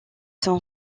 son